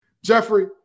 Jeffrey